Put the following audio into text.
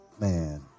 man